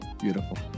Beautiful